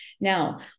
Now